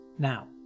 Now